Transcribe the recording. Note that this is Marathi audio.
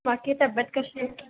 बाकी तब्बेत कशी आहे